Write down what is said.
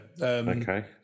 Okay